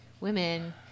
women